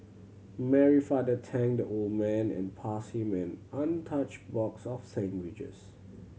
Mary father tend old man and passed him an untouched box of sandwiches